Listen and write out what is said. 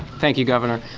thank you, governor.